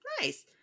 Nice